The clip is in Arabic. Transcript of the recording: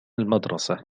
المدرسة